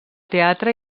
teatre